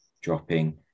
dropping